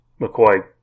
McCoy